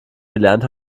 gelernt